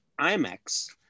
IMAX